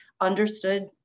understood